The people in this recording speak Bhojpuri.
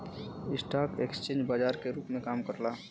स्टॉक एक्सचेंज बाजार के रूप में काम करला